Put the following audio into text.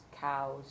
cows